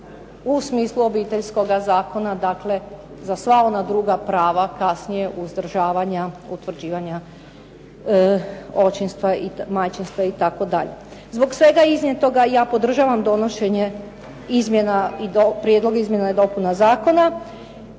u smislu obiteljskoga zakona dakle, za sva ona druga prava kasnije uzdržavanja utvrđivanja očinstva i majčinstva itd. Zbog svega iznijetoga ja podržavam donošenje izmjena, Prijedlog izmjena i dopuna zakona